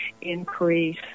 increase